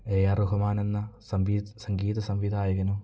A R Rahman എന്ന സംവീ സംഗീത സംവിധായകനോ